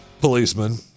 policeman